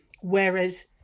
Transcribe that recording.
Whereas